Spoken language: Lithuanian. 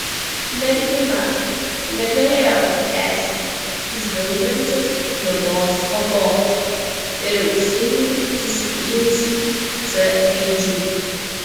mergina negalėjo pakęsti žvilgančios juodos odos ir auksinių susipynusių c raidžių